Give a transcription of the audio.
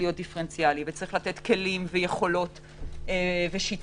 ברגע שיש מישהו מאומת עד כמה בקלות אני מצליחה